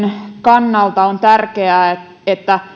kannalta on tärkeää että